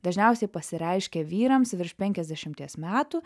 dažniausiai pasireiškia vyrams virš penkiasdešimties metų